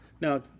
now